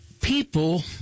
people